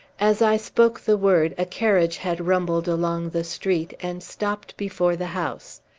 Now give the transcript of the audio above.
as i spoke the word, a carriage had rumbled along the street, and stopt before the house.